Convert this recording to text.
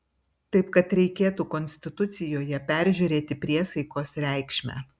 taip kad reikėtų konstitucijoje peržiūrėti priesaikos reikšmę